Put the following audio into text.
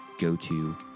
go-to